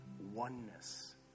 oneness